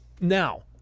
Now